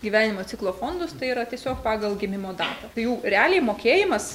gyvenimo ciklo fondus tai yra tiesiog pagal gimimo datą tai jų realiai mokėjimas